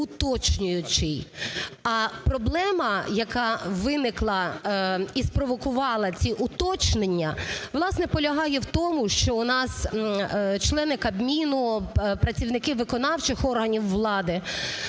А проблема, яка виникла і спровокувала ці уточнення, власне, полягає в тому, що у нас члени Кабміну, працівники виконавчих органів влади